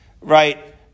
right